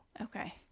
Okay